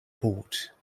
port